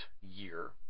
year